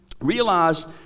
realize